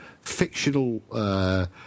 fictional